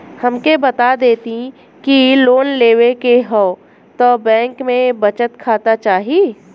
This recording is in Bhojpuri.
हमके बता देती की लोन लेवे के हव त बैंक में बचत खाता चाही?